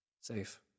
Safe